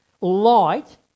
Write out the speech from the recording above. light